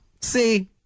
See